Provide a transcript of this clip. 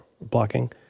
blocking